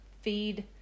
feed